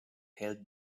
held